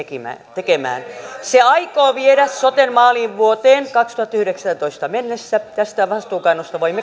tekemään se aikoo viedä soten maaliin vuoteen kaksituhattayhdeksäntoista mennessä tästä vastuunkannosta voimme